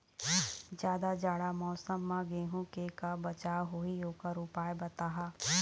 जादा जाड़ा मौसम म गेहूं के का बचाव होही ओकर उपाय बताहा?